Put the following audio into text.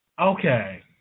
Okay